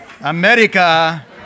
America